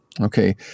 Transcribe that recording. Okay